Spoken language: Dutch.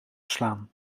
slaan